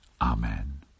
Amen